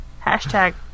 hashtag